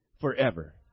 forever